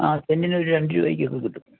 ആ സെൻറ്റിനൊരു രണ്ട് രൂപക്കൊക്കെ കിട്ടും